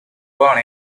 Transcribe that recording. born